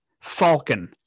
falcon